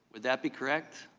would that be correct?